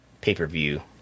pay-per-view